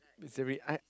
I